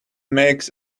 makes